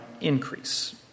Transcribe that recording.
increase